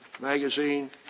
magazine